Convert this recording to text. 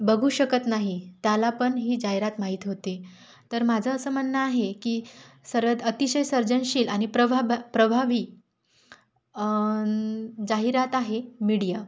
बघू शकत नाही त्याला पण ही जाहिरात माहीत होते तर माझं असं म्हणणं आहे की सर्वात अतिशय सर्जनशील आणि प्रवाब प्रभावी जाहिरात आहे मीडिया